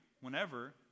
whenever